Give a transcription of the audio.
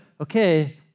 Okay